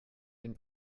den